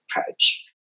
approach